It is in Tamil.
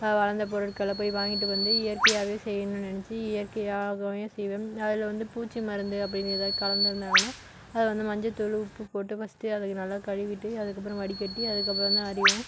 வளர்ந்த பொருட்களை போய் வாங்கிகிட்டு வந்து இயற்கையாகவே செய்யணும்ன்னு நினைச்சி இயற்கையாகவே செய்வேன் அதில் வந்து பூச்சி மருந்து அப்படினு எதாவது கலந்து இருந்தாங்கன்னா அதை வந்து மஞ்ச தூள் உப்பு போட்டு ஃபர்ஸ்ட்டு அதுக்கு நல்லா கழுவிட்டு அதுக்கப்புறம் வடிகட்டி அதுக்கப்புறம் தான் அரிவேன்